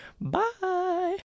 Bye